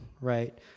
right